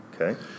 Okay